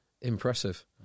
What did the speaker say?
impressive